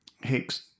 Hicks